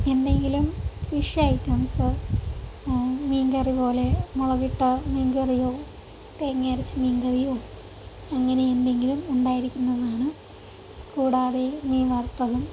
എന്തെങ്കിലും ഫിഷ് ഐറ്റംസോ മീൻകറി പോലെ മുളകിട്ട മീൻകറിയോ തേങ്ങ അരച്ച മീൻകറിയോ അങ്ങനെ എന്തെങ്കിലും ഉണ്ടായിരിക്കുന്നതാണ് കൂടാതെ മീൻ വറുത്തതും